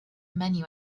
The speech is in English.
menu